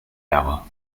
hour